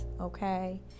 Okay